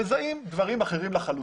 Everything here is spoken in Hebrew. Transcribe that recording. מזהים דברים אחרים לחלוטין.